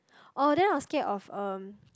oh then I'm scared of um